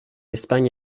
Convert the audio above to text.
espagne